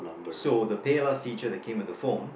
so the PayLah feature that came with the phone